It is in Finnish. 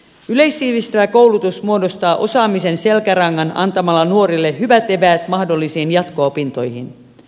yleissivistävä koulutus muodostaa osaamisen selkärangan antamalla nuorille hyvät eväät mahdollisiin jatko opintoihin